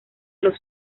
los